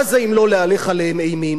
מה זה אם לא להלך עליהם אימים?